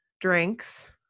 drinks